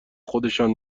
خودشان